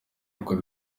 twari